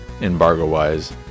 embargo-wise